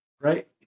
right